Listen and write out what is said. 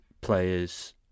players